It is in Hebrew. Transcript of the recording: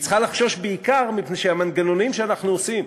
והיא צריכה לחשוש בעיקר מפני שהמנגנונים שאנחנו עושים,